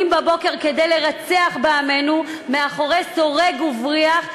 בבוקר כדי לרצח בעמנו מאחורי סורג ובריח,